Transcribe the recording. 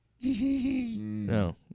No